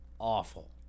awful